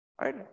right